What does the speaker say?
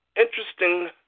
interesting